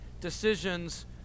decisions